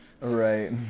right